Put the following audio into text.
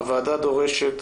הוועדה דורשת